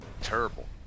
terrible